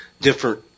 different